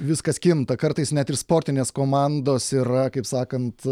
viskas kinta kartais net ir sportinės komandos yra kaip sakant